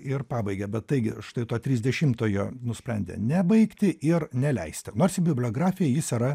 ir pabaigia bet taigi štai to trisdešimtojo nusprendė nebaigti ir neleisti nors į bibliografiją jis yra